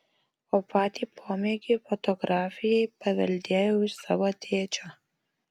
o patį pomėgį fotografijai paveldėjau iš savo tėčio